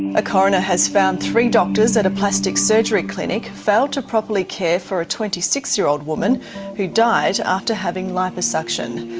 a coroner has found three doctors at a plastic surgery clinic failed to properly care for a twenty six year old woman who died after having liposuction.